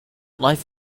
life